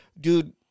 Dude